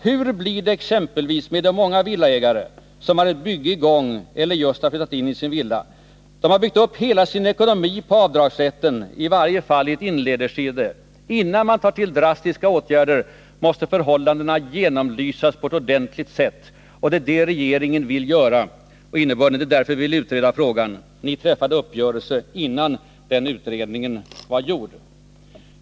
Hur blir det exempelvis med de många villaägare som har ett bygge i gång eller just har flyttat in i en villa? De har byggt upp hela sin ekonomi på avdragsrätten, i varje fall i ett inledningsskede. Innan man tar till några drastiska åtgärder måste förhållandena genomlysas på ett ordentligt sätt. Det är det regeringen vill göra.” Och det är därför vi vill utreda frågan. Ni träffade uppgörelsen innan den utredningen var gjord.